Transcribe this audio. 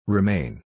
Remain